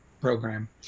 program